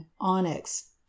onyx